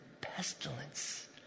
pestilence